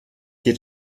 geht